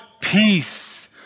peace